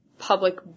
Public